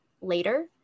later